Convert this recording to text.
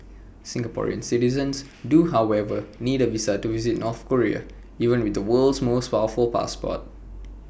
Singaporean citizens do however need A visa to visit North Korea even with the world's most powerful passport